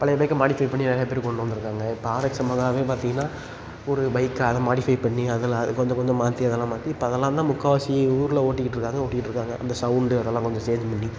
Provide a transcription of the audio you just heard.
பழைய பைக்கை மாடிஃபை பண்ணி நிறையா பேர் கொண்டு வந்திருக்காங்க இப்போ ஆர்எக்ஸ் யமஹாவே பார்த்தீங்கன்னா ஒரு பைக்கு அதை மாடிஃபை பண்ணி அதில் கொஞ்சம் கொஞ்சம் மாற்றி அதெல்லாம் மாற்றி இப்போ அதெல்லாம் தான் முக்கால்வாசி ஊரில் ஓட்டிக்கிட்டிருக்காங்க ஓட்டிட்டிருக்காங்க அந்த சௌண்டு அதெல்லாம் கொஞ்சம் சேஞ்ச் பண்ணி